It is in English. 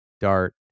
dart